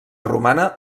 romana